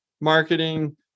marketing